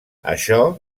això